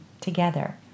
together